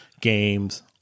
games